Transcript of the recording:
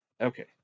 okay